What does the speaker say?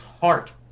heart